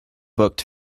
booked